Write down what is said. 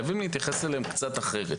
חייבים להתייחס לבני הנוער קצת אחרת.